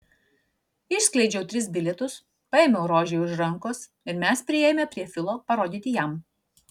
išskleidžiau tris bilietus paėmiau rožei už rankos ir mes priėjome prie filo parodyti jam